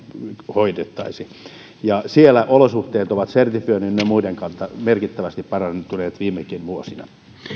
hoidettaisi siellä olosuhteet ovat sertifioinnin ja muiden kautta merkittävästi parantuneet viimekin vuosina